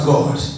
God